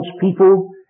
people